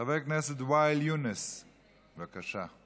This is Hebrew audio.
חבר הכנסת ואאל יונס, בבקשה.